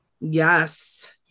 Yes